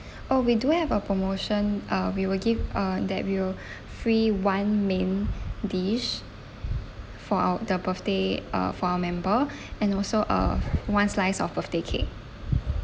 oh we do have a promotion uh we will give uh that will free one main dish for our the birthday uh for our member and also uh one slice of birthday cake